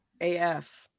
af